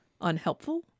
unhelpful